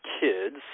kids